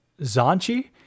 Zanchi